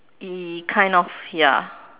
y~ kind of ya